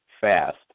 fast